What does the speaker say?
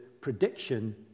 prediction